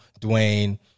Dwayne